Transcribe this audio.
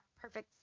perfect